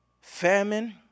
famine